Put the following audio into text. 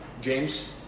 James